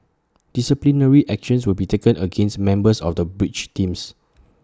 disciplinary action will be taken against members of the bridge teams